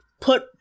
put